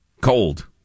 cold